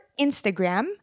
Instagram